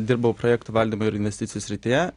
dirbau projektų valdymo ir investicijų srityje